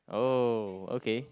uh okay